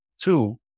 Two